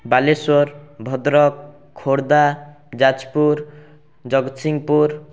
Balasore Bhadrak Khordha Jajpur Jagatsinghpur